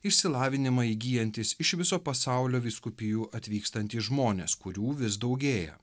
išsilavinimą įgyjantis iš viso pasaulio vyskupijų atvykstantys žmonės kurių vis daugėja